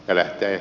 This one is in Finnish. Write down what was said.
eläkkeet